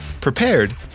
prepared